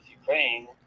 Ukraine